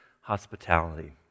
hospitality